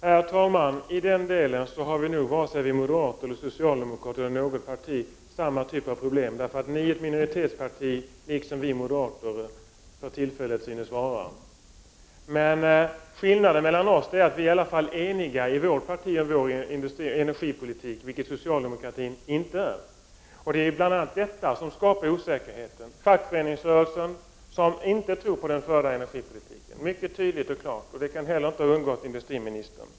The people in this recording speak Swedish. Herr talman! I den delen har vi nog samma typ av problem, vare sig vi är moderater, socialdemokrater eller tillhör något annat parti. Socialdemokratin är ett minoritetsparti, liksom vi moderater för tillfället synes vara. Skillnaden mellan oss är att vi i vårt parti i alla fall är eniga om vår energipolitik, vilket socialdemokratin inte är. Det är bl.a. detta som skapat osäkerheten. Att fackföreningsrörelsen inte tror på den förda energipolitiken är mycket tydligt och klart, och det kan inte heller ha undgått industriministern.